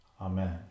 Amen